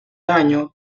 año